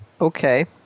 Okay